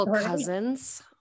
cousins